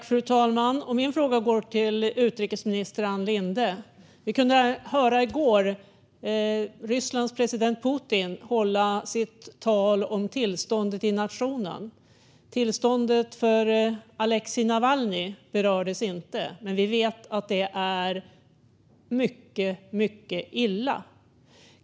Fru talman! Min fråga går till utrikesminister Ann Linde. I går kunde vi höra Rysslands president Putin hålla sitt tal om tillståndet i nationen. Tillståndet för Aleksej Navalnyj berördes inte. Men vi vet att det är mycket dåligt.